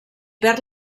perd